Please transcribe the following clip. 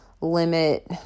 limit